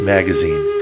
Magazine